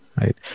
Right